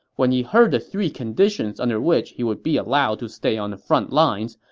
when he heard the three conditions under which he would be allowed to stay on the frontlines,